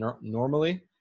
normally